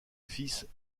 fils